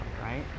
right